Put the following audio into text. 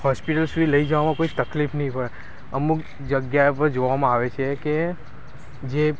hospital સુધી લઈ જવામાં કોઈ તકલીફ નહીં પડે અમુક જગ્યા પર જોવામાં આવે છે કે જે